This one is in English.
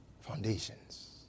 Foundations